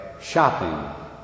shopping